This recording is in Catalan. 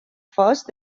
fost